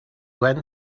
went